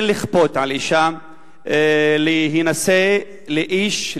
אין לכפות על אשה להינשא לאיש,